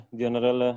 General